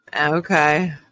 okay